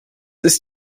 ist